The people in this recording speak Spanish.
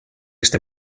este